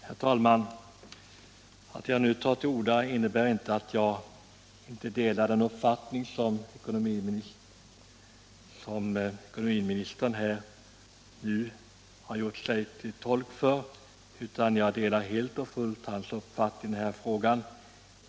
Herr talman! Att jag nu tar till orda innebär inte att jag inte delar den uppfattning som ekonomiministern här har gjort sig till tolk för; jag delar helt och fullt hans uppfattning i denna fråga.